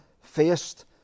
faced